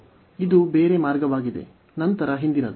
ಇದು ಬೇರೆ ಮಾರ್ಗವಾಗಿದೆ ನಂತರ ಹಿಂದಿನದು